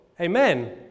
Amen